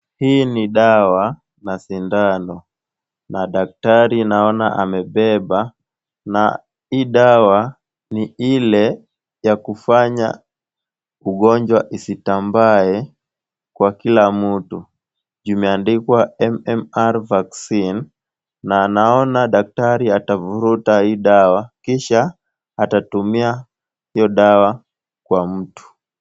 Hii ni dawa na sindano na daktari naona amebeba na hii dawa ni ile ya kufanya ugonjwa isitambae kwa kila mtu. Imeandikwa MMR vaccine na naona daktari atavuruta hii dawa kisha atatumia hiyo dawa kwa mtu.